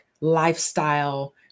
lifestyle